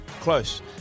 Close